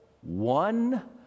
one